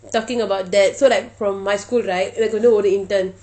talking about that so like from my school right you have to know all the intern